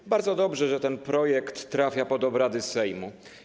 To bardzo dobrze, że ten projekt trafił pod obrady Sejmu.